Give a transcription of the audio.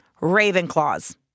Ravenclaws